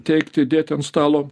teikti dėti ant stalo